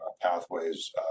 pathways